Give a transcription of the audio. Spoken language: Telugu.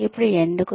ఇప్పుడు ఎందుకు